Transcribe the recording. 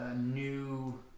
new